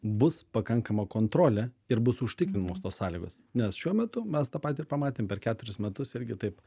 bus pakankama kontrolė ir bus užtikrinamos tos sąlygos nes šiuo metu mes tą patį ir pamatėm per keturis metus irgi taip